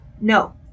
no